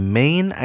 main